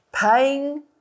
paying